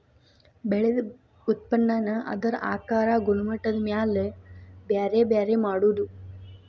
ಬೆಳದ ಉತ್ಪನ್ನಾನ ಅದರ ಆಕಾರಾ ಗುಣಮಟ್ಟದ ಮ್ಯಾಲ ಬ್ಯಾರೆ ಬ್ಯಾರೆ ಮಾಡುದು